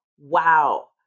wow